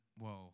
Whoa